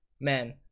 man